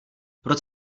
proč